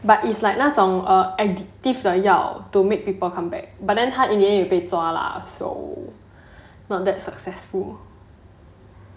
but it's like 那种 err additive 的药 to make people come back but then 他 in the end 也被抓 lah so not that successful